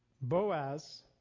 Boaz